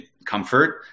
comfort